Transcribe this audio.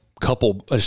couple